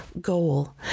goal